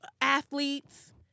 athletes